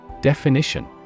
Definition